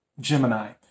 Gemini